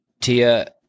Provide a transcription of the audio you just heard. Tia